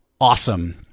Awesome